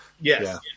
Yes